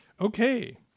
Okay